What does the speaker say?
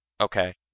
Okay